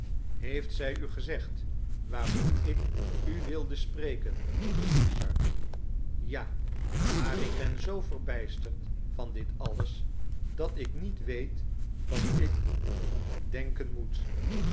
heeft zij u gezegd waarom ik u wilde spreken vroeg richard ja maar ik ben zoo verbijsterd van dit alles dat ik niet weet wat ik denken moet